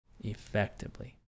effectively